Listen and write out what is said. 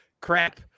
crap